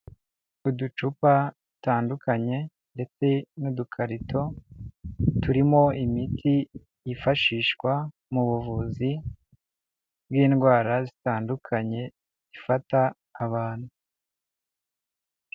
Uducupa dutandukanye ndetse n'udukarito, turimo imiti yifashishwa mu buvuzi bw'indwara zitandukanye zifata abantu.